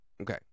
Okay